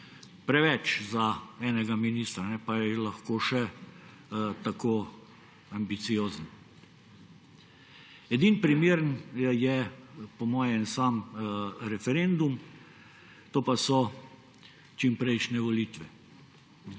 Preveč za enega ministra, pa je lahko še tako ambiciozen. Edini primeren je po mojem en sam referendum, to pa so čim prejšnje volitve.